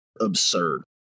absurd